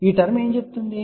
ఈ టర్మ్ ఏమి చెబుతుంది